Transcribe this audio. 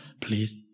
please